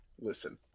Listen